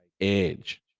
edge